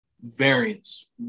variance